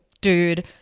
dude